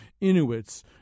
Inuits